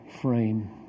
frame